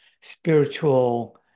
spiritual